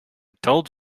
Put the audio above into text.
told